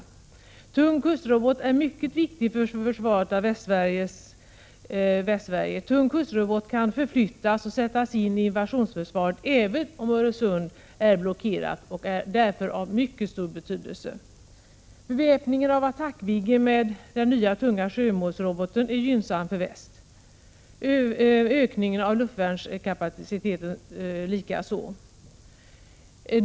Den tunga kustroboten är mycket viktig för försvaret av Västsverige. Den kan förflyttas och sättas in i invasionsförsvaret även om Öresund är blockerat, och har därför stor betydelse. Beväpningen av Attackviggen med den nya tunga sjömålsroboten är gynnsam för Västsverige, liksom ökningen av luftvärnskapaciteten.